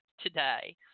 today